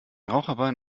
raucherbein